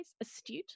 astute